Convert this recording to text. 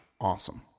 awesome